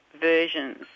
versions